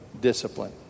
discipline